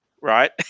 right